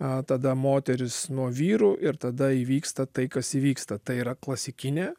a tada moterys nuo vyrų ir tada įvyksta tai kas įvyksta tai yra klasikinė